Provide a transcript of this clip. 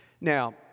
Now